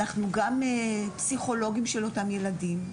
אנחנו גם פסיכולוגים של אותם ילדים,